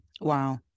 Wow